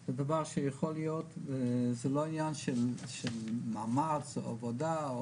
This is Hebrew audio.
זה דבר שיכול להיות זה לא עניין של מאמץ או עבודה,